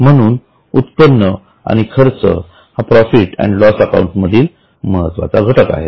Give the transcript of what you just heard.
म्हणून उत्पन्न आणि खर्च हा प्रॉफिट अँड लॉस अकाउंट मधील महत्त्वाचा घटक आहे